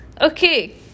Okay